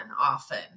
often